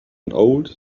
old